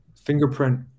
fingerprint